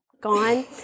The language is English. gone